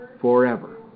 forever